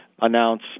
announce